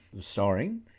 starring